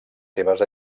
seves